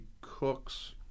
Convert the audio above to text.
Cooks